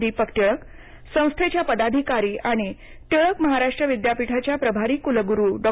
दीपक टिळक संस्थेच्या पदाधिकारी आणि टिळक महाराष्ट्र विद्यापीठाच्या प्रभारी कुलगुरु डॉ